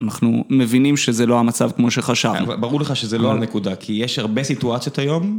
אנחנו מבינים שזה לא המצב כמו שחשבנו. ברור לך שזה לא הנקודה, כי יש הרבה סיטואציות היום.